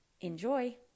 Enjoy